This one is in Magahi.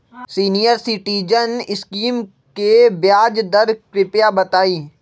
सीनियर सिटीजन स्कीम के ब्याज दर कृपया बताईं